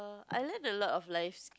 I learn a lot of lifes